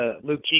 Luke